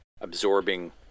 absorbing